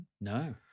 No